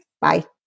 Bye